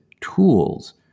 tools